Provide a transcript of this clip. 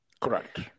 Correct